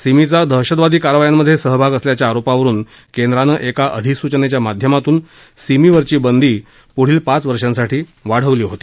सिमीचा दहशतवादी कारवायांमध्ये सहभाग असल्याच्या आरोपावरुन केंद्रानं एका अधिसूचनेच्या माध्यमातून सिमीवरी बंदी पुढील पाच वर्षांसाठी वाढवली आहे